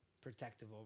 protective